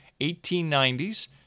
1890s